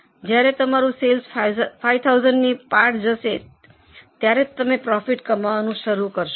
જ્યારે તમારું સેલ્સ 5000 ની પાર જશે ત્યારે તમે પ્રોફિટ કમાવવાનું શરૂ કરશો